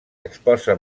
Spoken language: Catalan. exposa